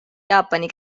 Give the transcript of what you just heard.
jaapani